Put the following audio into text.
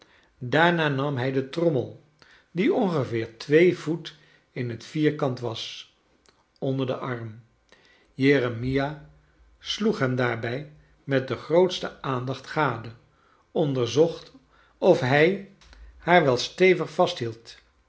daarna nam hij de trommel die ongeveer twee voet in t vierkant was onder den arm jeremia sloeg hem daarbij met de grootste aandacht gade onderzocht of hij haar wel stevig vast